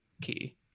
key